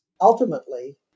Ultimately